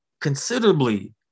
considerably